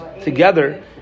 together